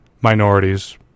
minorities